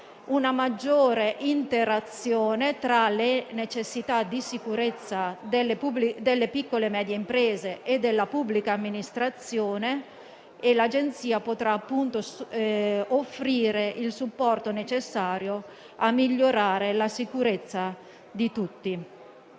una maggiore interazione tra le necessità di sicurezza delle piccole medie imprese e della pubblica amministrazione. L'Agenzia potrà offrire il supporto necessario a migliorare la sicurezza di tutti.